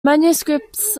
manuscripts